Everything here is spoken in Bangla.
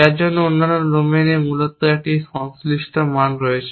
যার জন্য অন্যান্য ডোমেনে মূলত একটি সংশ্লিষ্ট মান রয়েছে